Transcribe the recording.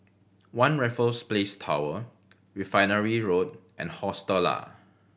One Raffles Place Tower Refinery Road and Hostel Lah